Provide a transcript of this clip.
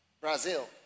Brazil